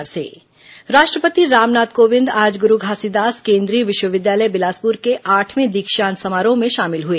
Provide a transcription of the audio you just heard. राष्ट्रपति दीक्षांत समारोह राष्ट्रपति रामनाथ कोविंद आज गुरू घासीदास केंद्रीय विश्वविद्यालय बिलासपुर के आठवें दीक्षांत समारोह में शामिल हुए